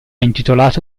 intitolato